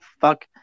fuck